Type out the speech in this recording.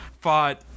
fought